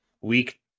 Week